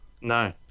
No